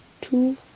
two